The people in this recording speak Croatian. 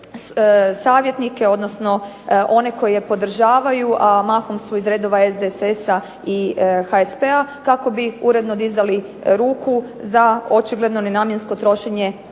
savjetnike odnosno one koji je podržavaju, a mahom su iz redova SDSS-a i HSP-a kako bi uredno dizali ruku za očigledno nenamjensko trošenje